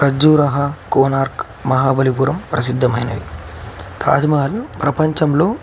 కజ్జూరహో కోనార్క్ మహాబలిపురం ప్రసిద్ధమైనవి తాజ్మహల్ ప్రపంచంలో